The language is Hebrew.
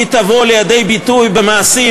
תבוא לידי ביטוי במעשים